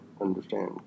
understand